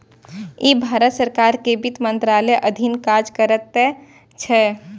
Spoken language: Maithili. ई भारत सरकार के वित्त मंत्रालयक अधीन काज करैत छै